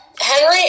Henry